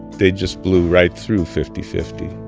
they just blew right through fifty-fifty.